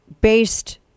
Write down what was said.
based